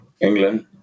England